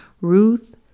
Ruth